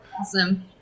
awesome